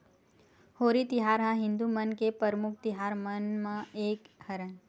होरी तिहार ह हिदू मन के परमुख तिहार मन म एक हरय